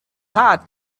hot